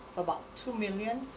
about two million.